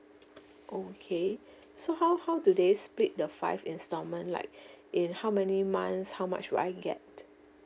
okay so how how do they split the five instalment like in how many months how much would I get